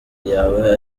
yawe